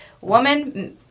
woman